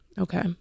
Okay